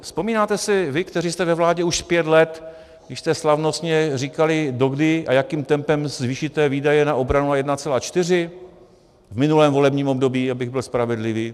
Vzpomínáte si vy, kteří jste ve vládě už pět let, když jste slavnostně říkali, dokdy a jakým tempem zvýšíte výdaje na obranu na 1,4 % v minulém volebním období, abych byl spravedlivý?